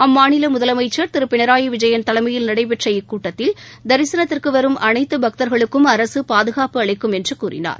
அம்மாநில முதலமைச்சர் திரு பினராயி விஜயன் தலைமையில் நடைபெற்ற இக்கூட்டத்தில் தரிசனத்திற்கு வரும் அனைத்து பக்தர்களுக்கும் அரசு பாதுகாப்பு அளிக்கும் என்று கூறினார்